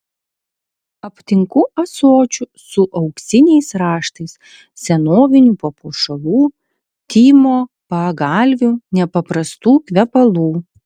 aptinku ąsočių su auksiniais raštais senovinių papuošalų tymo pagalvių nepaprastų kvepalų